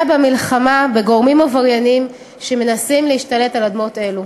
במלחמה בגורמים עברייניים שמנסים להשתלט על אדמות אלה.